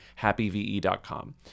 HappyVE.com